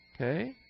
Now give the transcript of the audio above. okay